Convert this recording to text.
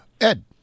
Ed